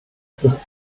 ist